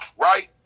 right